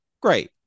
great